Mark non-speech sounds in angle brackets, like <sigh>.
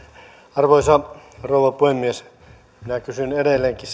arvoisa rouva puhemies minä kysyn edelleenkin <unintelligible>